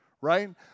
right